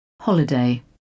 holiday